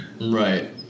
Right